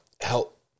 help